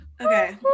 Okay